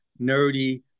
nerdy